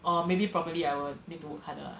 or maybe probably I will need to work harder ah